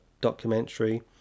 documentary